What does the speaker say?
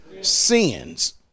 Sins